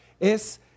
es